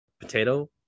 Potato